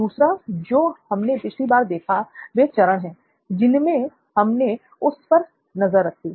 दूसरा जो हमने पिछली बार देखा वे चरण हैं जिनमें हमने उन पर नजर रखी